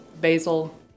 Basil